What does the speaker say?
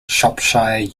shropshire